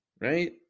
right